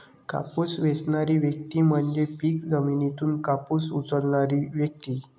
कापूस वेचणारी व्यक्ती म्हणजे पीक जमिनीतून कापूस उचलणारी व्यक्ती